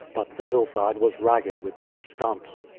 but the hillside was ragged with their stumps.